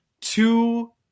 two